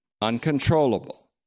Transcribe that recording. Uncontrollable